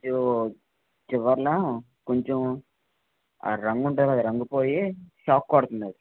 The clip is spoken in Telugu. చివ్ చివర్లా కొంచెం రంగు ఉంటుంది కదా రంగు పోయి షాక్ కొడుతుంది